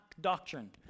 doctrine